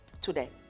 today